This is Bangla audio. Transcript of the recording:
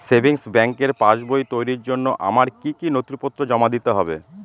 সেভিংস ব্যাংকের পাসবই তৈরির জন্য আমার কি কি নথিপত্র জমা দিতে হবে?